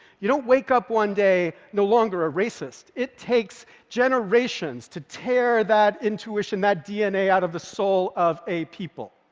you don't wake up one day no longer a racist. it takes generations to tear that intuition, that dna, out of the soul of a people.